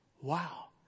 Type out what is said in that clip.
wow